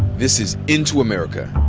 this is into america.